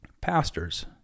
Pastors